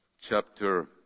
chapter